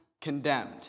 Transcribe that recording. condemned